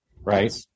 right